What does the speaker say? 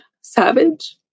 savage